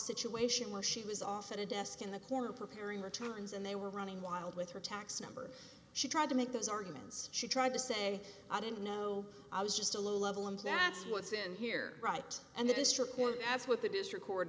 situation while she was off at a desk in the corner preparing returns and they were running wild with her tax numbers she tried to make those arguments she tried to say i didn't know i was just a low level and that's what's in here right and this report as what the district court